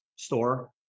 Store